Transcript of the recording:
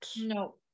no